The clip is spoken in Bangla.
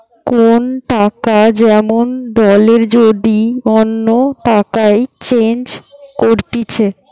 কোন টাকা যেমন দলের যদি অন্য টাকায় চেঞ্জ করতিছে